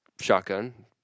shotgun